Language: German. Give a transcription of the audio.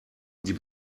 die